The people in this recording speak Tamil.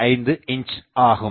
895 இன்ச் ஆகும்